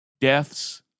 deaths